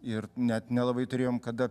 ir net nelabai turėjom kada